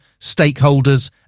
stakeholders